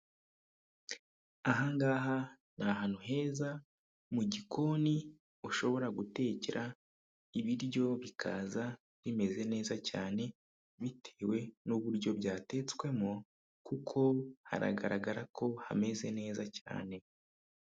Aha ngaha ni ahantu heza mu gikoni ushobora gutekera ibiryo bikaza bimeze neza cyane bitewe n'uburyo byatetswemo ,kuko haragaragara ko hameze neza cyane.